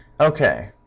okay